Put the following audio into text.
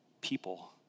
people